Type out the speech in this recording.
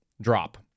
drop